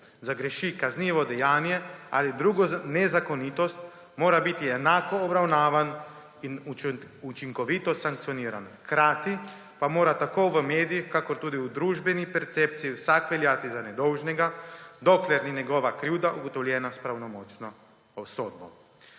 zagreši kaznivo dejanje ali drugo nezakonitost, mora biti enako obravnavan in učinkovito sankcioniran. Hkrati pa mora tako v medijih kakor tudi v družbeni percepciji vsak veljati za nedolžnega, dokler ni njegova krivda ugotovljena s pravnomočno sodbo.